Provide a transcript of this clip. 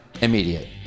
immediate